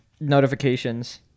Notifications